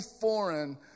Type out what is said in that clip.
foreign